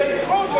שידחו.